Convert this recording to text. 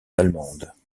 allemandes